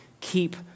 Keep